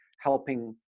helping